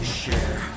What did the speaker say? share